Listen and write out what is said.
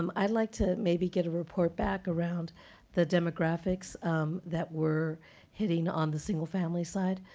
um i'd like to maybe get a report back around the demographics that we're hitting on the single-family side.